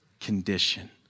condition